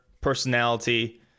personality